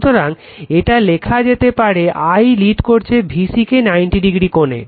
সুতরাং এটা লেখা যেতে পারে I লিড করছে VC কে 90° কোণে